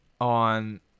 on